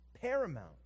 paramount